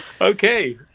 okay